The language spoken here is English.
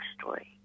story